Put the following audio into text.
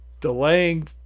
delaying